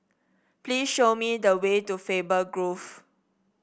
please show me the way to Faber Grove